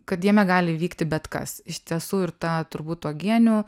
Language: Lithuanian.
kad jame gali vykti bet kas iš tiesų ir ta turbūt uogienių